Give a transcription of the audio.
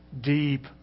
deep